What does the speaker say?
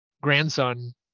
grandson